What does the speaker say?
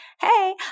hey